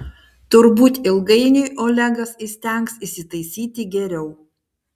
turbūt ilgainiui olegas įstengs įsitaisyti geriau